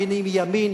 אם ימין,